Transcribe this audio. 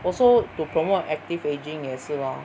also to promote active ageing 也是 lor